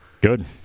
good